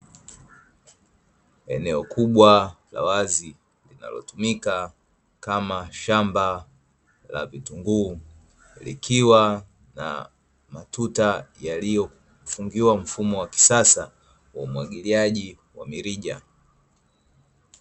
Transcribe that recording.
Eneo kubwa la wazi linalotumika kama shamba la vitunguu likiwa na matuta, yaliyofungiwa mfumo wa kisasa wa umwagiliaji wa mirija.